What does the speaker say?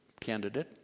candidate